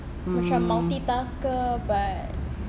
macam multitask ke but